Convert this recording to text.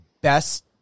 best